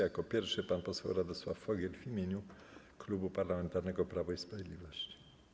Jako pierwszy pan poseł Radosław Fogiel w imieniu Klubu Parlamentarnego Prawo i Sprawiedliwość.